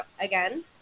again